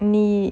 நீ:nee